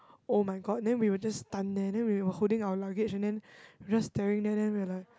[oh]-my-god then we were just stunned there then we were holding our luggage and then we're just staring there then we are like